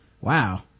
Wow